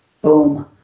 Boom